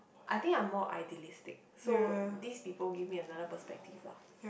I think I'm more idealistic so these people give me another perspective lah